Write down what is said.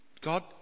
God